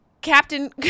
Captain